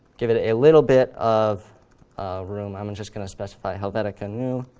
give it a little bit of room, i'm and just going to specify helvetica neue,